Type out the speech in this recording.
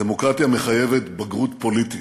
דמוקרטיה מחייבת בגרות פוליטית.